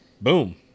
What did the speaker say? Boom